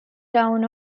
town